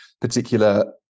particular